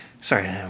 sorry